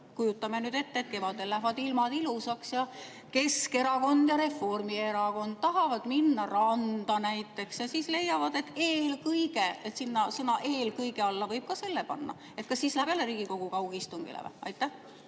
Kujutame nüüd ette, et kevadel lähevad ilmad ilusaks ja Keskerakond ja Reformierakond tahavad minna randa näiteks ja siis leiavad, et sinna sõna "eelkõige" alla võib ka selle panna. Kas siis läheb jälle Riigikogu kaugistungile? Head